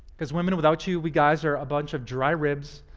because women, without you, we guys are a bunch of dry ribs